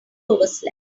overslept